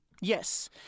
Yes